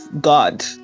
God